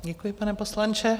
Děkuji, pane poslanče.